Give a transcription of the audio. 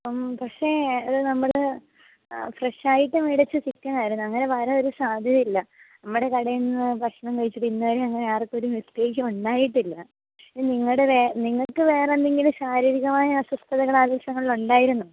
അപ്പം പക്ഷെ അത് നമ്മള് ഫ്രഷായിട്ട് മേടിച്ച ചിക്കാനായിരുന്നു അങ്ങനെ വരാൻ ഒര് സാധ്യതയും ഇല്ല നമ്മുടെ കടയിൽ നിന്ന് ഭക്ഷണം കഴിച്ചിട്ട് ഇന്ന് വരെയും അങ്ങനെ ആർക്കും ഒരു മിസ്റ്റേക്കും ഉണ്ടായിട്ടില്ല നിങ്ങളുടെ വേ നിങ്ങൾക്ക് വേറെന്തെങ്കിലും ശാരീരികമായ അസ്വസ്ഥതകൾ ആ ദിവസങ്ങളിൽ ഉണ്ടായിരുന്നോ